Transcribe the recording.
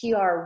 PR